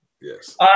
Yes